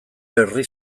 herri